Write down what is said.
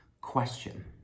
question